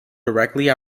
directly